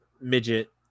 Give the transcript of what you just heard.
midget